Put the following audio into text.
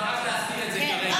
רק להזכיר את זה כרגע.